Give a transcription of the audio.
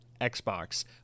xbox